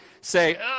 say